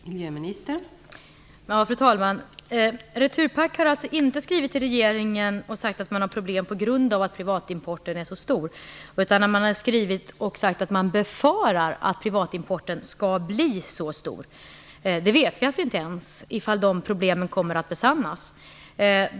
Fru talman! AB Svenska Returpack har alltså inte skrivit till regeringen och sagt att man har problem på grund av att privatimporten är så stor. Man har skrivit och sagt att man befarar att privatimporten skall bli så stor. Vi vet alltså inte ens om dessa farhågor kommer att besannas.